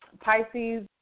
Pisces